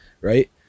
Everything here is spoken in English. right